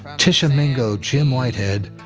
tisha mingo, jim whitehead,